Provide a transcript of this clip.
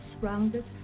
surrounded